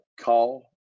call